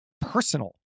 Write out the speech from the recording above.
personal